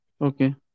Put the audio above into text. Okay